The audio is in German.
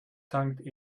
tankt